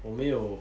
我没有